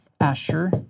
Asher